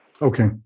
Okay